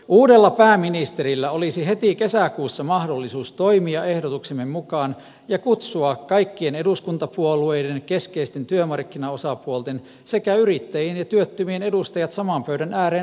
uudella pääministerillä olisi heti kesäkuussa mahdollisuus toimia ehdotuksemme mukaan ja kutsua kaikkien eduskuntapuolueiden keskeisten työmarkkinaosapuolten sekä yrittäjien ja työttömien edustajat saman pöydän ääreen ratkomaan työttömyysongelmaa